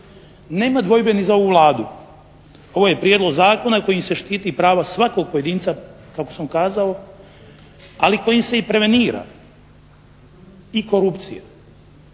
Nema dvojbe ni za ovu Vladu. Ovo je prijedlog zakona kojim se štiti pravo svakog pojedinca kako sam kazao, ali i kojim se prevenira i korupcija.